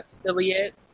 affiliate